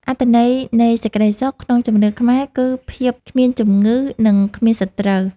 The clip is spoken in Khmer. អត្ថន័យនៃ សេចក្ដីសុខ ក្នុងជំនឿខ្មែរ គឺភាពគ្មានជំងឺ និងគ្មានសត្រូវ។